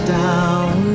down